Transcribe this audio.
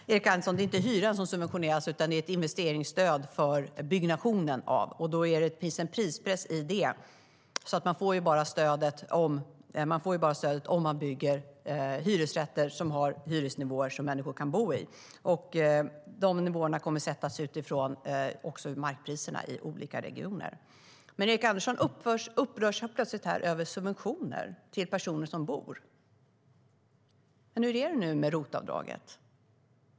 Herr talman! Det är inte hyran som subventioneras, Erik Andersson, utan det är ett investeringsstöd för byggnationen av hyresrätter. Det finns en prispress i det, så man får bara stödet om man bygger hyresrätter med sådana hyresnivåer att människor kan bo i dem. De nivåerna kommer att sättas även utifrån markpriserna i olika regioner. Erik Andersson upprör sig plötsligt över subventioner till personer som bor. Men hur är det nu med ROT-avdraget?